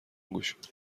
گشود